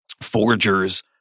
forgers